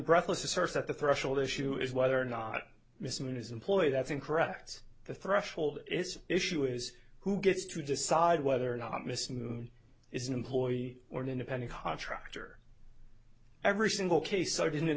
breathless asserts that the threshold issue is whether or not mr moon is employed that's incorrect the threshold this issue is who gets to decide whether or not miss moon is an employee or an independent contractor every single case i didn't in